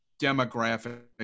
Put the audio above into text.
demographic